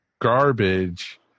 garbage